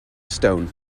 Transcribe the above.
stone